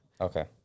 Okay